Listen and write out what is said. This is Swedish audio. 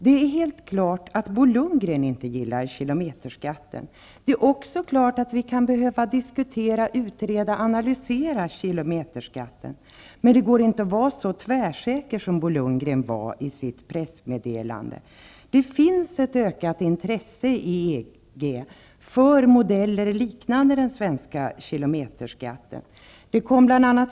Det är helt klart att Bo Lundgren inte gillar kilometerskatten. Det är också klart att vi kan behöva diskutera, utreda och analysera kilometerskatten. Men det går inte att vara så tvärsäker, som Bo Lundgren var i pressmeddelandet. Det finns ett ökat intresse inom EG för modeller liknande den svenska kilometerskatten.